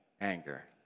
anger